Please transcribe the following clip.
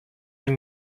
and